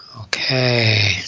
Okay